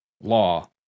law